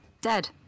dead